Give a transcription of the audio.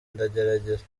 ndagerageza